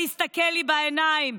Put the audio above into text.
להסתכל לי בעיניים,